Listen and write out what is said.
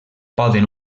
poden